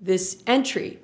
this entry